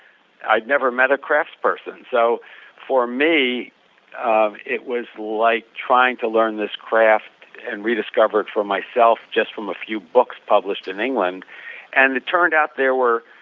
i've never met a craftsperson so for me it was like trying to learn this craft and rediscover it for myself just from a few books published in england and it turned out there were,